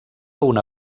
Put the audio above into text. una